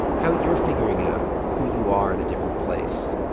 how you're figuring out who you are in a different place.